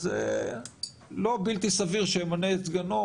אז לא בלתי סביר שימנה את סגנו,